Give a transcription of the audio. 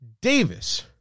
Davis